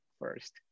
first